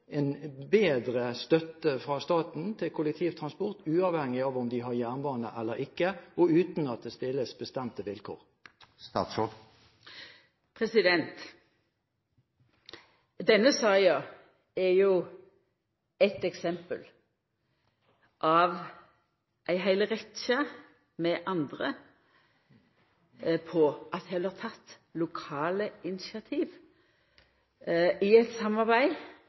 bedre støtte fra staten til kollektivtransport, uavhengig av om de har jernbane eller ikke, og uten at det stilles bestemte vilkår? Denne saka er eitt eksempel av ei heil rekkje med andre på at det er teke lokale initiativ i eit samarbeid